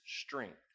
strength